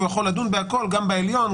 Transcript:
והוא יכול לדון בכול גם בעליון,